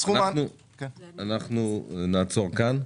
אנחנו נעצור כאן.